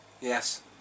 Yes